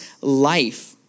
life